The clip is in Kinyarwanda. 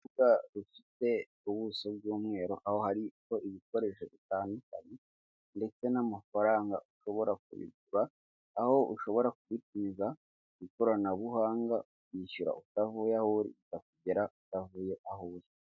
uru rufite ubuso bw'umweru aho hari ibikoresho bitandukanye ndetse n'amafaranga ushobora kugura aho ushobora kuyitimiza ikoranabuhanga ukishyura utahu wo ikagera utavuye aho uri